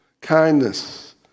kindness